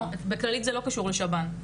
בכללית זה לא קשור לשב"ן.